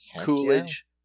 Coolidge